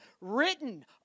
written